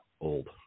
old